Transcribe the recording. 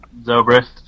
Zobrist